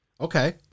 Okay